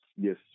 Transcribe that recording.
Yes